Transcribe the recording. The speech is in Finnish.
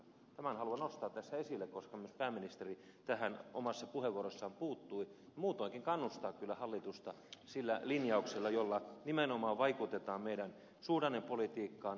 tämän haluan nostaa tässä esille koska myös pääministeri tähän omassa puheenvuorossaan puuttui ja muutoinkin kannustaa kyllä hallitusta sillä linjauksella jolla nimenomaan vaikutetaan meidän suhdannepolitiikkaamme